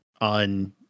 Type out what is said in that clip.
on